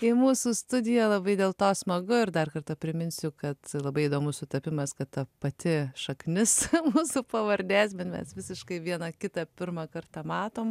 į mūsų studiją labai dėl to smagu ir dar kartą priminsiu kad labai įdomus sutapimas kad ta pati šaknis mūsų pavardės bet mes visiškai viena kitą pirmą kartą matom